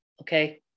okay